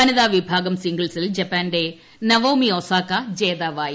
വനിതാ വിഭാഗം സിംഗിൾസിൽ ജപ്പാന്റെ നവോമി ഒസാക്ക ജേതാവായി